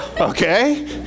okay